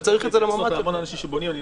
זה יחסוך להמון לאנשים שבונים.